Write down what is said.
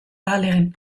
ahalegin